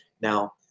Now